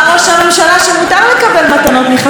אז יש חברה בממשלה.